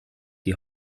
die